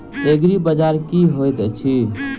एग्रीबाजार की होइत अछि?